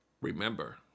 Remember